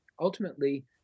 Ultimately